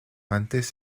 antes